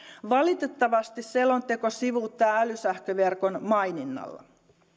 valitettavasti selonteko sivuuttaa älysähköverkon maininnalla liikenteessä